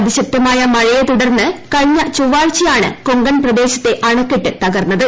അതിശക്തമായ മഴയെ തുടർന്ന് കഴിഞ്ഞ ചൊവ്വാഴ്ചയാണ് കൊങ്കൺ പ്രദേശത്തെ അണക്കെട്ട് തകർന്നത്